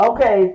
Okay